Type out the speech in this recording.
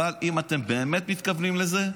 אבל אם אתם באמת מתכוונים לזה,